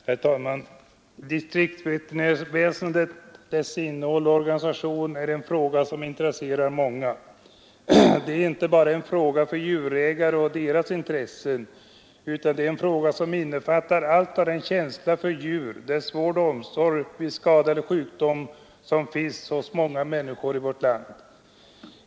Herr talman! Distriktsveterinärväsendet, dess innehåll och organisation är en fråga som intresserar många. Det är inte bara en fråga för djurägare och deras intressen, utan det är en fråga som innefattar allt av den känsla för djur, deras vård och omsorg om dem vid skada eller sjukdom som finns hos många människor i vårt land.